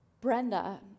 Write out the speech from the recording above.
Brenda